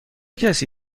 کسی